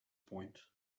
point